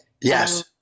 Yes